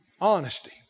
Honesty